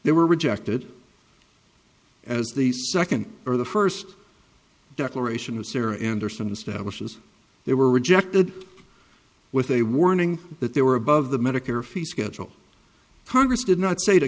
they were rejected as the second or the first declaration of sarah anderson establishes they were rejected with a warning that they were above the medicare fee schedule congress did not say t